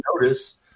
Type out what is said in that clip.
notice